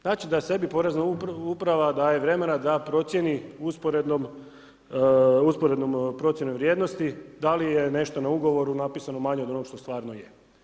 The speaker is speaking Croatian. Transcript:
Znači da sebi porezna uprava daje vremena da procijeni usporednom procjenom vrijednosti da li je nešto na ugovoru napisano manje od onog što stvarno je.